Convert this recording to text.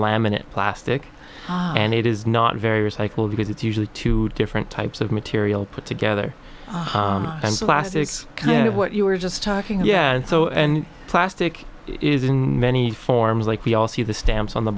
laminate plastic and it is not very recycled because it's usually two different types of material put together and so last it's kind of what you were just talking yeah so plastic is in many forms like we all see the stamps on the